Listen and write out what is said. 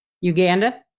Uganda